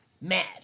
mad